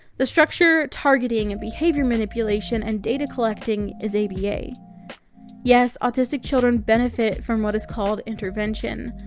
the structure, targeting, and behavior manipulation, and data collecting is aba. yes, autistic children benefit from what is called intervention,